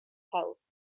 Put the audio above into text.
health